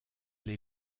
les